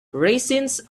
raisins